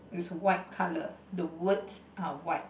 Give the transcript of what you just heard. is white colour the words are white